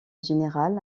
général